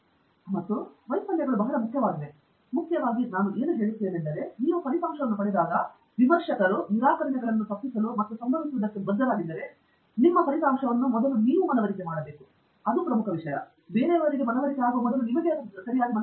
ಮತ್ತೆ ವೈಫಲ್ಯಗಳು ಬಹಳ ಮುಖ್ಯವಾಗಿದೆ ಆದರೆ ಮುಖ್ಯವಾಗಿ ನಾನು ಏನು ಹೇಳುತ್ತಿದ್ದೇನೆಂದರೆ ನೀವು ಫಲಿತಾಂಶವನ್ನು ಪಡೆದಾಗ ವಿಮರ್ಶಕರು ನಿರಾಕರಣೆಗಳನ್ನು ತಪ್ಪಿಸಲು ಮತ್ತು ಅದರಲ್ಲಿ ನಡೆಯಲು ಸಾಧ್ಯವಾಗುವಂತೆ ನಿಮ್ಮ ಫಲಿತಾಂಶವನ್ನು ಮೊದಲಿಗೆ ನೀವು ಮನವರಿಕೆ ಮಾಡಬೇಕು ಎಂದು ನಾನು ಭಾವಿಸುತ್ತೇನೆ ಅದು ಪ್ರಮುಖ ವಿಷಯ